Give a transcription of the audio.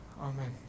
Amen